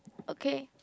okay